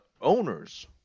owners